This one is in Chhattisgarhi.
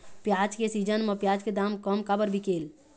प्याज के सीजन म प्याज के दाम कम काबर बिकेल?